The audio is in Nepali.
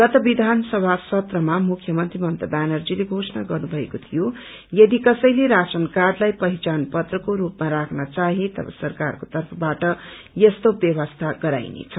गत विधानसभा सत्रमामुख्यमन्त्री ममता व्यानरर्जीले घोषणा गर्नु भएको थियो यदि कसैले राशन कार्डलाई पहिचान पत्रको रूपमा राख्न चाहे तव सरकारको तर्फबाट यस्तो ब्यवस्था गराईनेछ